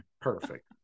Perfect